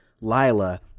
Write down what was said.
Lila